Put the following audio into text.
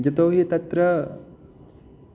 यतोहि तत्र